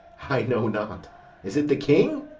i know not is it the king?